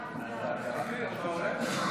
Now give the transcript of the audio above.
תודה, גברתי היושבת-ראש.